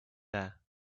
there